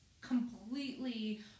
completely